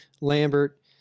Lambert